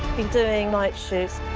doing night shoots.